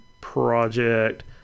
project